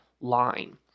line